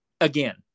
again